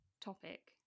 topic